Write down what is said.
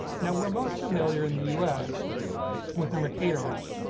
now we're most familiar in the us with the mercator map.